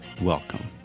Welcome